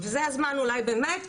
זה הזמן אולי באמת,